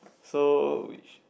so which